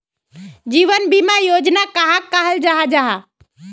जीवन बीमा योजना कहाक कहाल जाहा जाहा?